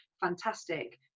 fantastic